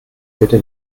bitte